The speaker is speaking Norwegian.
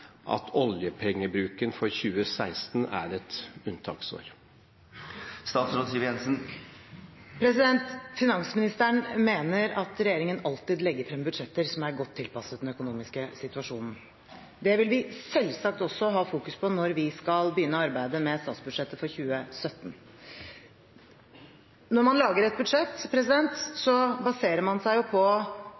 at 2016 er et unntaksår når det gjelder oljepengebruken? Finansministeren mener at regjeringen alltid legger frem budsjetter som er godt tilpasset den økonomiske situasjonen. Det vil vi selvsagt også fokusere på når vi skal begynne å arbeide med statsbudsjettet for 2017. Når man lager et budsjett, baserer man seg på